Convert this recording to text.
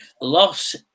loss